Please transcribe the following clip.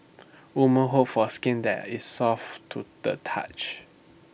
woman hope for skin that is soft to the touch